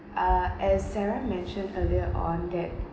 uh as sarah mentioned earlier on that